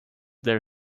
their